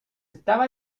estaba